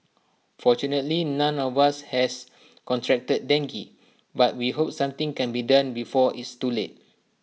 fortunately none of us has contracted dengue but we hope something can be done before it's too late